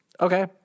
Okay